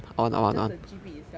just a G_P itself hor